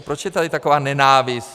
Proč je tady taková nenávist?